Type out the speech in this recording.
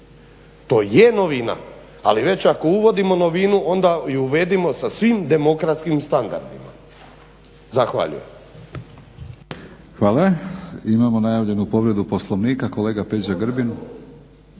To je novina, ali već ako uvodimo novinu onda ju uvedimo sa svim demokratskim standardima. Zahvaljujem.